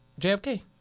JFK